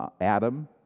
Adam